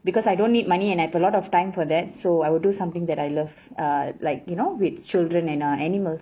because I don't need money and I have a lot of time for that so I would do something that I love uh like you know with children and uh animals